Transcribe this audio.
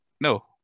No